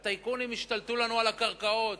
הטייקונים ישתלטו לנו על הקרקעות.